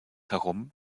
herum